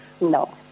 No